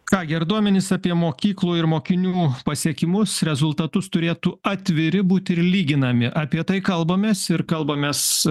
ką gi ir duomenys apie mokyklų ir mokinių pasiekimus rezultatus turėtų atviri būti ir lyginami apie tai kalbamės ir kalbamės